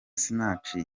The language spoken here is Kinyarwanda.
sinach